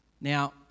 Now